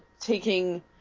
taking